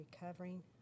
recovering